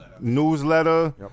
Newsletter